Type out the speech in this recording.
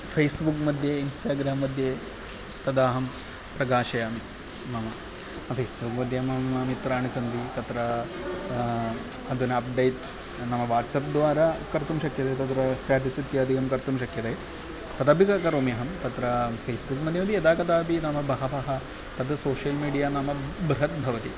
Facebook मध्ये Instagram मध्ये तदा अहं प्रकाशयामि मम अफिस् मध्ये मम मित्राणि सन्ति तत्र अधुना अप्डेट् नाम वाट्सप् द्वारा कर्तुं शक्यते तत्र स्टेटिस् इत्यादिकं कर्तुं शक्यते तदपि क करोमि अहं तत्र फ़ेस्बुक् मध्ये मध्ये यदा कदापि नाम बहवः तत् सोशियल् मीडिया नाम बृहद्भवति